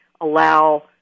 allow